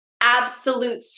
absolute